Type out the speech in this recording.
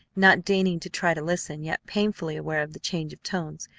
not deigning to try to listen, yet painfully aware of the change of tones,